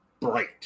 Bright